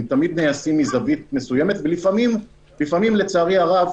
הם תמיד נעשים מזווית מסוימת ולפעמים לצערי הרב,